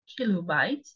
kilobytes